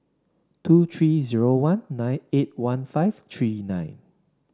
two three zero one nine eight one five three nine